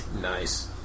Nice